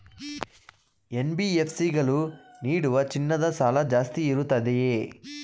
NBFC ಗಳು ನೀಡುವ ಚಿನ್ನದ ಸಾಲ ಜಾಸ್ತಿ ಇರುತ್ತದೆಯೇ?